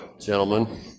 gentlemen